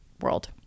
world